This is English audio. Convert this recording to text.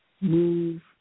move